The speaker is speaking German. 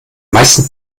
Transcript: meisten